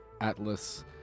Atlas